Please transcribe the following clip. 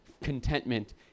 contentment